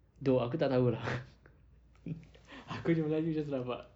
though aku tak tahu lah aku punya melayu just rabak